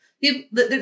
people